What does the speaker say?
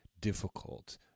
difficult